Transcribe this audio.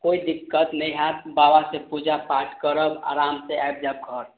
कोइ दिक्कत नहि हाएत बाबा से पूजा पाठ करब आराम से आबि जाएब घर